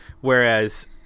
whereas